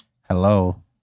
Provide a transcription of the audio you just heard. Hello